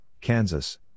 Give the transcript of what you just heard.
Kansas